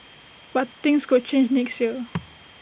but things could change next year